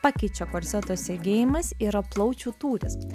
pakeičia korseto sėgėjimas yra plaučių tūris